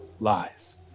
lies